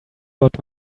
lot